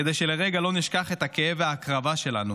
כדי שלרגע לא נשכח את הכאב וההקרבה שלנו